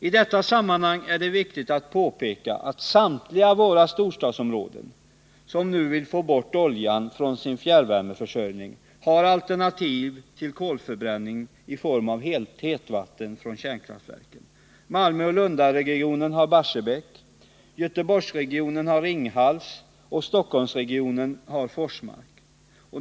I detta sammanhang är det viktigt att påpeka att för samtliga storstadsområden, som nu vill få bort oljan från sin fjärrvärmeförsörjning, finns alternativ till kolförbränningen i form av hetvattenledningar från kärnkraftverken. Malmöoch Lundaregionerna har Barsebäck, Göteborgsregionen har Ringhals och Stockholmsregionen har Forsmark.